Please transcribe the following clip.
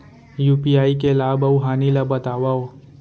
UPI के लाभ अऊ हानि ला बतावव